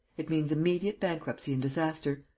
it means immediate bankruptcy and disaster.